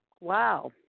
Wow